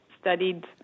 studied